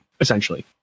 essentially